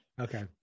Okay